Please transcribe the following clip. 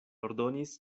ordonis